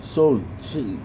so